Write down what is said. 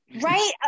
Right